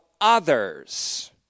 others